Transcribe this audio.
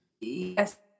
Yes